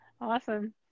awesome